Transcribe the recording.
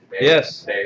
Yes